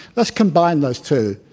let's combine those two.